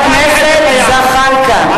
חבר הכנסת זחאלקה,